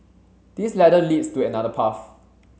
this ladder leads to another path